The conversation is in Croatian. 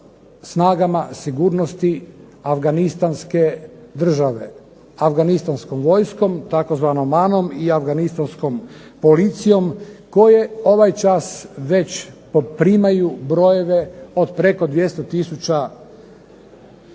snagama sigurnosti Afganistanske države, Afganistanskom vojskom tzv. MAN-om i Afganistanskom policijom koje ovaj čas poprimaju brojeve već od preko 200 tisuća